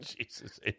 Jesus